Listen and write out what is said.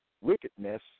wickedness